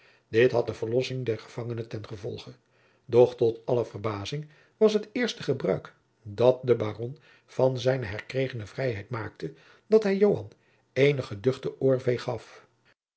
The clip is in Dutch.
dit had de verlossing des gevangenen ten gevolge doch tot aller verbazing was het eerste gebruik dat de baron van zijne herkregene vrijheid maakte dat hij joan eene geduchte oorveeg gaf